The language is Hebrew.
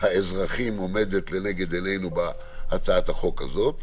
האזרחים עומדת לנגד עינינו בהצעת החוק הזאת,